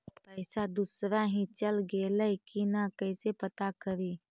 पैसा दुसरा ही चल गेलै की न कैसे पता करि?